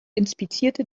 inspizierte